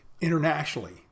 Internationally